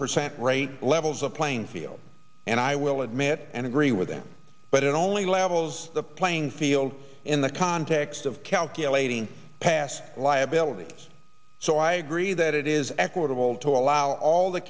percent rate levels of plainfield and i will admit and agree with them but it only levels the playing field in the context of calculating past liabilities so i agree that it is equitable to allow all the